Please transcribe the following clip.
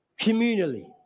communally